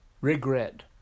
regret